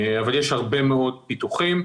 אבל יש הרבה מאוד פיתוחים.